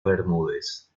bermúdez